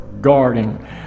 guarding